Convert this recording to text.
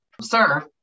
sir